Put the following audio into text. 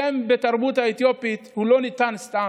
שם בתרבות האתיופית לא ניתן סתם.